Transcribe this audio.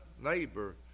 neighbor